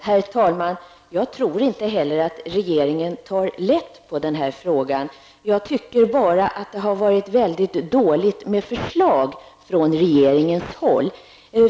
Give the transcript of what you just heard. Herr talman! Jag tror inte heller att regeringen tar lätt på den här saken. Jag tycker bara att det har varit väldigt dåligt med förslag från regeringens sida.